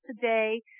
today